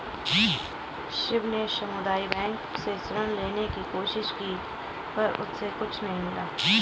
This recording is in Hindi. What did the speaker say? शिव ने सामुदायिक बैंक से ऋण लेने की कोशिश की पर उसे नही मिला